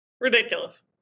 Ridiculous